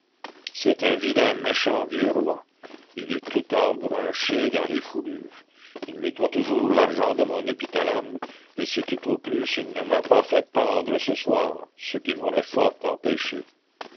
c'est un vilain méchant vieux roi il est tout embrunché dans les fourrures il me doit toujours l'argent de mon épithalame et c'est tout au plus s'il ne m'a pas fait pendre ce soir ce qui m'aurait fort empêché